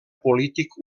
polític